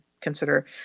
consider